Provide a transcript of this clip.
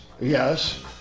Yes